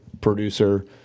producer